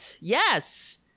yes